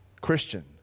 Christian